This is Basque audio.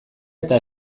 eta